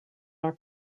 are